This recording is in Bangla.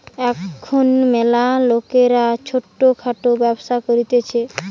এখুন ম্যালা লোকরা ছোট খাটো ব্যবসা করতিছে